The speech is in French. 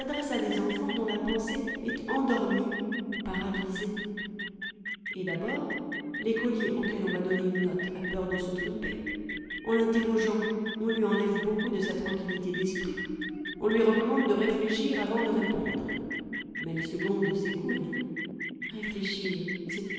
à des enfants dont la pensée est endormie ou paralysée et d'abord l'écolier auquel on va donner une note a peur de se tromper en l'interrogeant on lui enlève beaucoup de sa tranquillité d'esprit on lui recommande de réfléchir avant de répondre mais les secondes s'écoulent réfléchir c'est